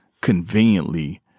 conveniently